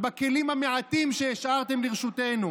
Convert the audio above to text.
ובכלים המעטים שהשארתם לרשותנו,